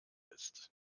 ist